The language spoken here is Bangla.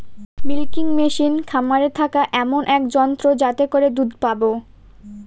মিল্কিং মেশিন খামারে থাকা এমন এক যন্ত্র যাতে করে দুধ পাবো